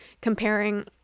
comparing